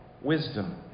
wisdom